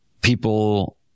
people